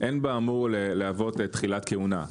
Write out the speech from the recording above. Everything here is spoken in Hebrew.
אין באמור להוות תחילת כהונה,